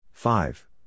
Five